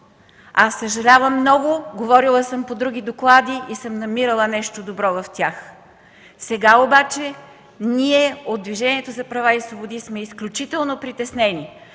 Съжалявам много, говорила съм по други доклади и съм намирала нещо добро в тях. Сега обаче ние от Движението за права и свободи сме изключително притеснени,